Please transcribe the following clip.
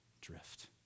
Drift